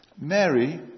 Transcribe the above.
Mary